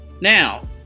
now